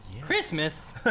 Christmas